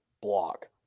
block